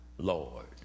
Lord